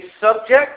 subject